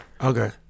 Okay